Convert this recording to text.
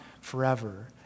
forever